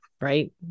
right